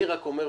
אני רק מחדד.